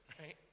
right